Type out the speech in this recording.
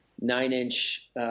nine-inch